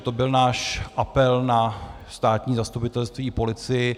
To byl náš apel na státní zastupitelství i policii.